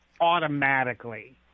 automatically